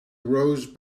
rose